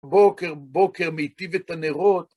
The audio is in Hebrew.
בוקר, בוקר, מיטיב את הנרות.